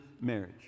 marriage